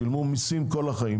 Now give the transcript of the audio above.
שילמו מיסים כל החיים,